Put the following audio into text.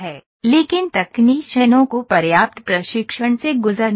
लेकिन तकनीशियनों को पर्याप्त प्रशिक्षण से गुजरना चाहिए